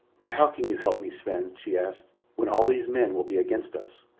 but how can you help me, sven, she asked, when all these men will be against us?